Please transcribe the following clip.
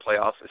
playoffs